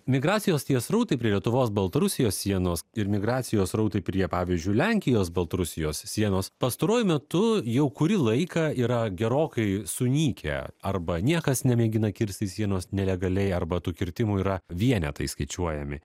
migracijos tie srautai prie lietuvos baltarusijos sienos ir migracijos srautai prie pavyzdžiui lenkijos baltarusijos sienos pastaruoju metu jau kurį laiką yra gerokai sunykę arba niekas nemėgina kirsti sienos nelegaliai arba tų kirtimų yra vienetai skaičiuojami